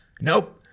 nope